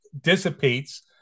dissipates